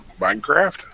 Minecraft